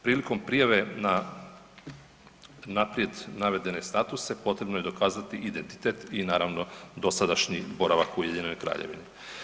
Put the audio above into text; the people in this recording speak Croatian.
Prilikom prijave na naprijed navedene statuse potrebno je dokazati identitet i naravno dosadašnji boravak u Ujedinjenoj Kraljevini.